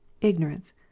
ignorance